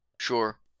Sure